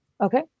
Okay